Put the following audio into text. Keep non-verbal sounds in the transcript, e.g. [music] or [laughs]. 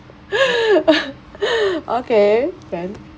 [laughs] okay can